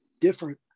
different